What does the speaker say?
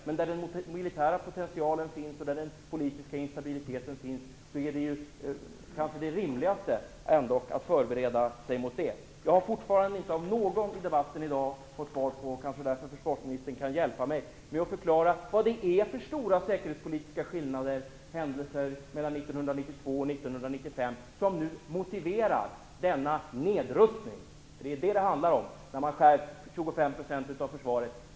Men det rimligaste vore ändock att förbereda sig där den militära potentialen och den politiska instabiliteten finns. Jag har i dag fortfarande inte fått ett svar av någon i debatten. Kanske försvarsministern kan hjälpa mig att få förklarat vad det är för stora säkerhetspolitiska skillnader och händelser mellan 1992 och 1995 som nu motiverar denna nedrustning. Det är vad det handlar om när man skär 25 % rakt av inom försvaret.